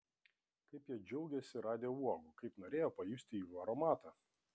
kaip jie džiaugėsi radę uogų kaip norėjo pajusti jų aromatą